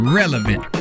relevant